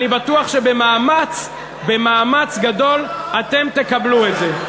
אני בטוח שבמאמץ גדול אתם תקבלו את זה.